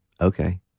okay